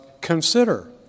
consider